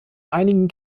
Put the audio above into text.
einigen